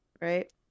Right